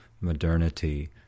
modernity